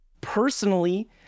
Personally